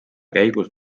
käigus